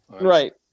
Right